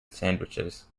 sandwiches